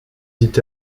dit